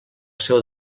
seu